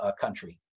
country